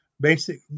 basic